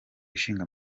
ishinga